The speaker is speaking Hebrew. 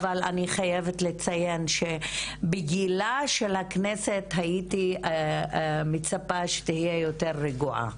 אבל אני חייבת לציין שבגילה של הכנסת הייתי מצפה שתהיה יותר רגועה,